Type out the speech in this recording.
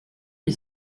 est